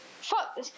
Fuck